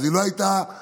אז היא לא הייתה לוקחת,